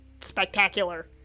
spectacular